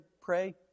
pray